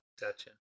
Gotcha